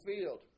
field